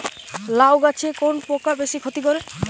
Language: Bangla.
লাউ গাছে কোন পোকা বেশি ক্ষতি করে?